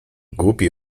głupi